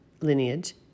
lineage